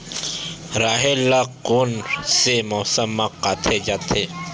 राहेर ल कोन से मौसम म काटे जाथे?